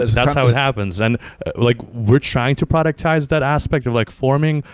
that's that's how it happens. and like we're trying to productize that aspect of like forming,